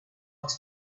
its